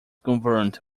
governed